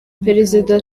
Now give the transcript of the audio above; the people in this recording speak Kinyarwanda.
perezida